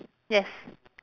yes